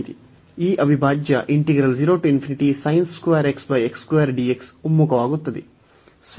ಈ ಅವಿಭಾಜ್ಯ ಒಮ್ಮುಖವಾಗುತ್ತದೆ